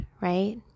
right